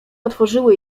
otworzyły